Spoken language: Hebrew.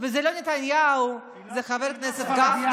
וזה לא נתניהו, זה חבר הכנסת גפני.